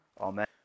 Amen